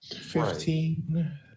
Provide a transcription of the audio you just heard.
Fifteen